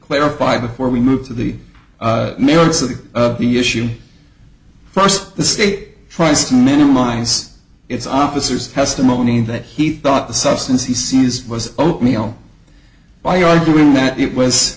clarify before we move to the merits of the issue first the state tries to minimize its officers testimony that he thought the substance he sees was open wheel by arguing that it was